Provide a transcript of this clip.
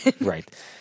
Right